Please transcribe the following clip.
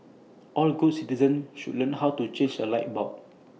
all good citizens should learn how to change A light bulb